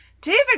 David